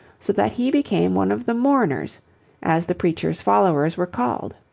so that he became one of the mourners as the preacher's followers were called.